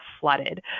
flooded